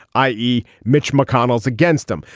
i e. mitch mcconnell's against them.